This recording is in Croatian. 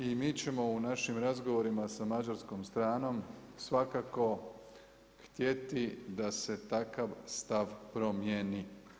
I mi ćemo u razgovorima sa mađarskom stranom svakako htjeti da se takav stav promijeni.